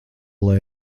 lai